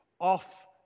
off